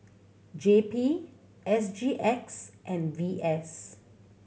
J P S GX and V S